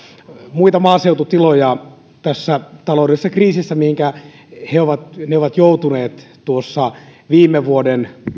muita maaseututiloja tässä taloudellisessa kriisissä mihinkä ne ovat joutuneet viime vuoden